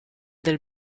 del